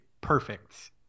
perfect